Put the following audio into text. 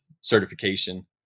certification